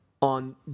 On